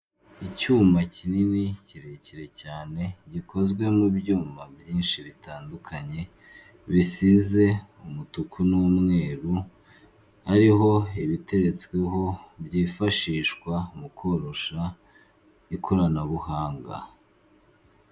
Icyuma kinini kirekire cyane gikozwe mu byuma byinshi bitandukanye, bisize umutuku n'umweru, hariho ibiteretsweho byifashishwa mu koroshya ikoranabuhanga.